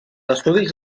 estudis